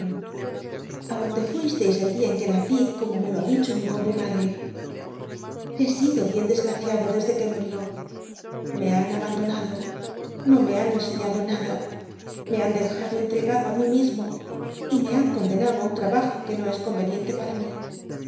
donde fuisteis el clia en que nací como me lo hn dicho mi pobre madt'c lle sido bien desgracia'j desde que murió llc han abandonado no me han enseñado nada me han dejado entregado i mí mismo y me han condenado á un trabajo que no es comenicnte para mí